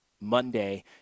Monday